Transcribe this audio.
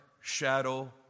shadow